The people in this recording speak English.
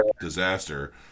disaster